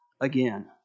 again